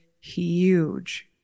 huge